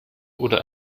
oder